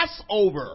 Passover